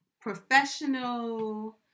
professional